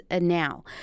now